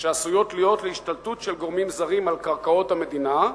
שעשויות להיות להשתלטות של גורמים זרים על קרקעות המדינה,